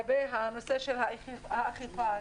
הנושא של האכיפה.